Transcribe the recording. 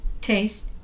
taste